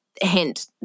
hint